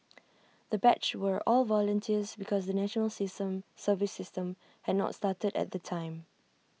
the batch were all volunteers because the national system service system had not started at the time